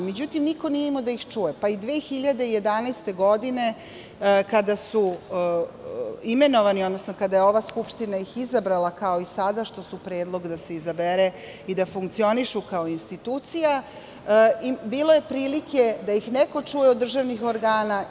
Međutim, niko nije imao da ih čuje, pa i 2011. godine kada je ova Skupština izabrala, kao sada što je predlog da se izabere i da funkcionišu kao institucija, bilo je prilike da ih neko čuje od državnih organa.